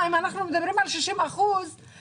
אם אנחנו מדברים על שישים אחוזים,